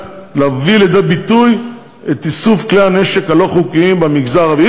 להביא לידי ביטוי את איסוף כלי הנשק הלא-חוקיים במגזר הערבי.